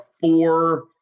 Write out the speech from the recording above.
four